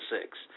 six